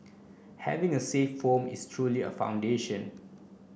having a safe form is truly a foundation